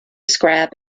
scrap